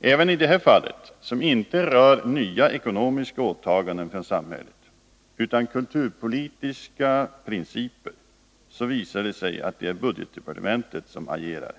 Även i det här fallet, som inte rör nya ekonomiska åtaganden för samhället utan kulturpolitiska principer, visar det sig att det är budgetdepartementet som agerar.